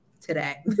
today